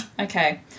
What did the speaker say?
Okay